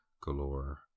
galore